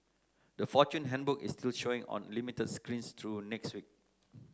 the Fortune Handbook is still showing on limited screens through next week